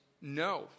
no